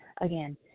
Again